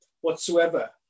whatsoever